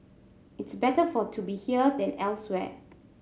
it's better for to be here than elsewhere